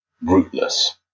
rootless